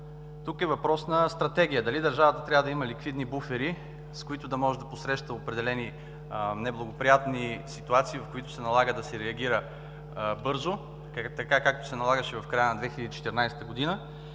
Тук е въпрос на стратегия – дали държавата трябва да има ликвидни буфери, с които да може да посреща определени неблагоприятни ситуации, в които се налага да се реагира бързо, както се налагаше в края на 2014 г.,